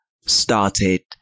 started